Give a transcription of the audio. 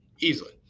Easily